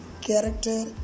character